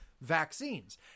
vaccines